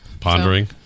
Pondering